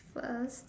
first